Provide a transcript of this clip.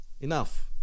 enough